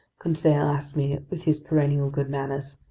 conseil asked me with his perennial good manners.